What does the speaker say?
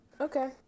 Okay